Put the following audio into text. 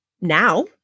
Now